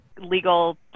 legal